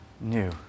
new